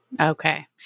Okay